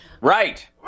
right